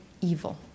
evil